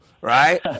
Right